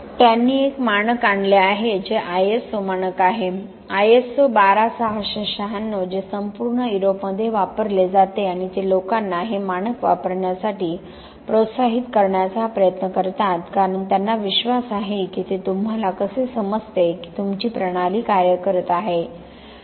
त्यांनी एक मानक आणले आहे जे ISO मानक आहे ISO12696 जे संपूर्ण युरोपमध्ये वापरले जाते आणि ते लोकांना हे मानक वापरण्यासाठी प्रोत्साहित करण्याचा प्रयत्न करतात कारण त्यांना विश्वास आहे की ते तुम्हाला कसे समजते की तुमची प्रणाली कार्य करत आहे